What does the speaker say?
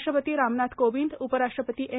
राष्ट्रपती रामनाथ कोविंद उपराष्ट्रपती एम